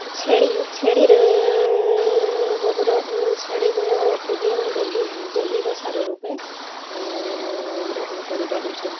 ଛେଳି ଛେଳିରୁ ଗୋବର ଛେଳି ଘୁଅକୁ ବି ଆମେ ଜୈଗି ଜୈବିକ ସାର ରୂପେ ଗ୍ରହଣ କରିପାରୁଛୁ